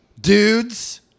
Dudes